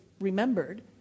remembered